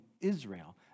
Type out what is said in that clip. Israel